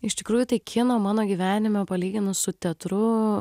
iš tikrųjų tai kino mano gyvenime palyginus su teatru